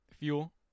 fuel